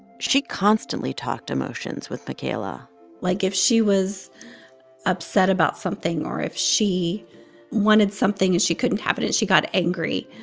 she constantly talked emotions with makayla like, if she was upset about something or if she wanted something and she couldn't have it and she got angry,